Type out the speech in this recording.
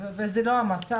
וזה לא המצב,